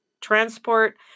transport